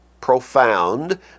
profound